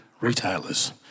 retailers